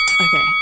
Okay